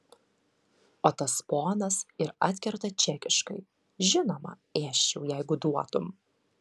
o tas ponas ir atkerta čekiškai žinoma ėsčiau jeigu duotum